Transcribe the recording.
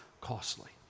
costly